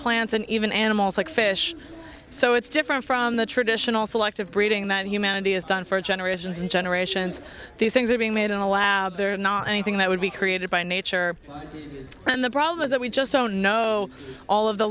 plants and even animals like fish so it's different from the traditional selective breeding that humanity has done for generations and generations these things are being made in the lab they're not anything that would be created by nature and the problem is that we just don't know all of the